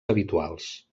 habituals